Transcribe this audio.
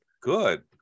Good